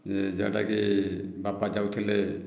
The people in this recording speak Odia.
ଯେ ଯେଉଁଟାକି ବାପା ଯାଉଥିଲେ